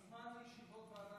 אתה מוזמן לישיבות ועדת החוקה.